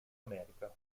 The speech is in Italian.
america